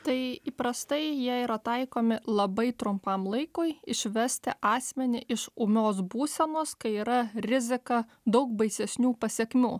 tai įprastai jie yra taikomi labai trumpam laikui išvesti asmenį iš ūmios būsenos kai yra rizika daug baisesnių pasekmių